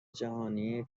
جهانی